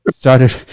Started